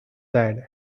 sad